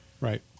Right